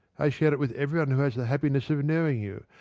i share it with everyone who has the happiness of knowing you.